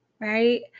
right